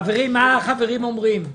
מה החברים אומרים?